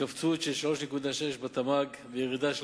התכווצות של 3.6% בתמ"ג וירידה של